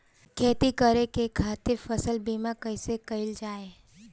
खेती करे के खातीर फसल बीमा कईसे कइल जाए?